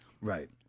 right